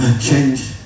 change